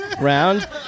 round